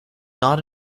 not